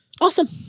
Awesome